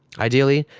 ideally,